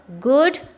good